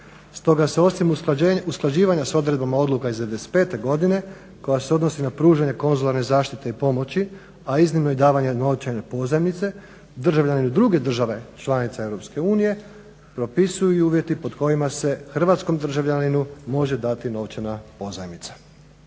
Stoga se osim usklađivanja s odredbama odluka iz 95. godine koja se odnosi na pružanje konzularne zaštite i pomoći a iznimno i davanje novčane pozajmice državljaninu druge države članice Europske unije propisuju uvjeti pod kojima se hrvatskom državljaninu može dati novčana pozajmica.